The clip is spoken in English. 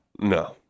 no